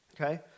okay